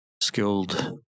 skilled